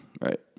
Right